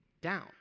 down